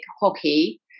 hockey